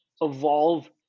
evolve